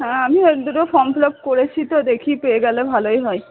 হ্যাঁ আমি ওই দুটো ফর্ম ফিল আপ করেছি তো দেখি পেয়ে গেলে ভালোই হয়